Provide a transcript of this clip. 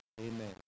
Amen